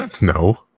No